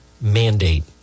mandate